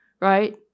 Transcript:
right